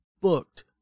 booked